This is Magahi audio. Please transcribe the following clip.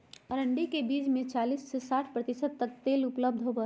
अरंडी के बीज में चालीस से साठ प्रतिशत तक तेल उपलब्ध होबा हई